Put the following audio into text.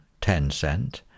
Tencent